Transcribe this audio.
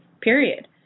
period